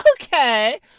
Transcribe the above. okay